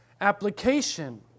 application